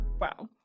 wow